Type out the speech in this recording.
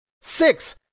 Six